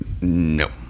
No